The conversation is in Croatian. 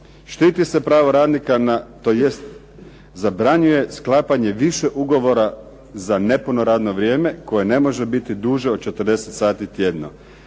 Štiti se pravo radnika na, tj. zabranjuje sklapanje više ugovora za nepuno radno vrijeme, koje ne može biti duže od 40 sati tjedno.